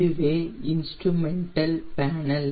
இதுவே instrumental panel